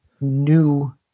new